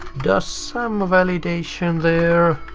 does some validation there.